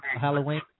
Halloween